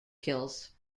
kills